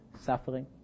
suffering